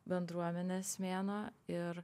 bendruomenės mėnuo ir